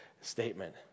statement